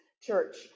church